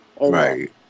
right